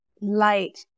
light